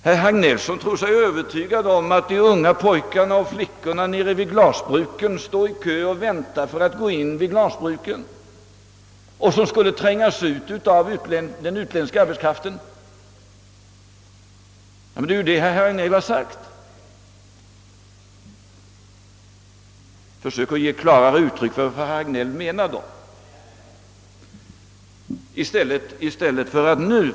Herr Hagnell tycks vara övertygad om att de unga pojkarna och flickorna nere vid glasbruken står i kö och väntar på att få börja arbeta vid bruken. Han tycks tro att de skulle trängas ut av den utländska arbetskraften. Nej, säger herr Hagnell — men var det inte det herr Hagnell sa”?